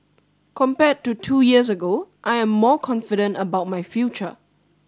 compared to two years ago I am more confident about my future